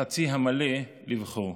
בחצי המלא לבחור".